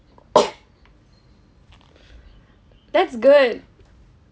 that's good